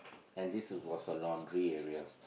and this was a laundry area